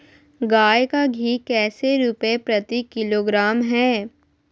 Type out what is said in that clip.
गाय का घी कैसे रुपए प्रति किलोग्राम है?